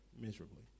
miserably